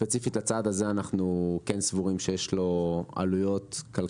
ספציפית לצעד הזה אנחנו כן סבורים שיש לו עלויות כלכליות.